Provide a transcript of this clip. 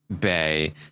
Bay